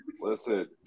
Listen